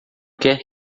quer